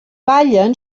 ballen